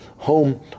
Home